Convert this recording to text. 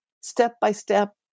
step-by-step